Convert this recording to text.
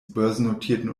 börsennotierten